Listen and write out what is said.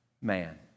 man